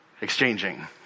exchanging